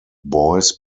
boys